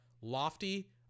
lofty